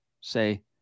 say